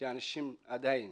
שאנשים עדיין